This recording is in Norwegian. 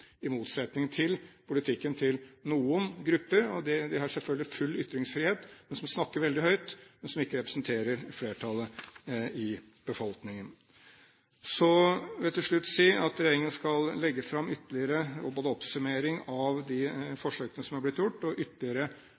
i motsetning til politikken til noen grupper – og de har selvfølgelig full ytringsfrihet – som snakker veldig høyt, men som ikke representerer flertallet i befolkningen. Så vil jeg til slutt si at regjeringen skal legge fram en oppsummering av de forsøkene som er blitt gjort, og ytterligere